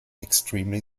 extremely